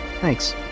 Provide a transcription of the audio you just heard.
Thanks